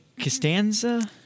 Costanza